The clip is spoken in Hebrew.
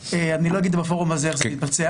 אני לא אגיד בפורום הזה איך זה מתבצע,